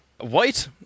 White